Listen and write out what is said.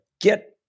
get